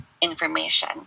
information